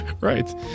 right